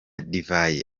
divayi